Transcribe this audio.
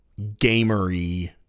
gamery